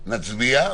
נצביע,